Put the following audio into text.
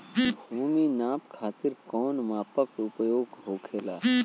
भूमि नाप खातिर कौन मानक उपयोग होखेला?